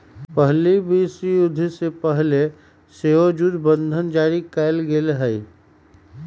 पहिल विश्वयुद्ध से पहिले सेहो जुद्ध बंधन जारी कयल गेल हइ